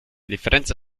differenza